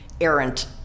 errant